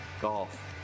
Golf